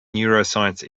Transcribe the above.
neuroscience